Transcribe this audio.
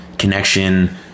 connection